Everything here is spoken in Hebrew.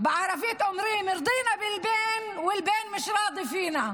אבל בערבית אומרים: (אומרת בערבית ומתרגמת.).